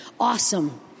awesome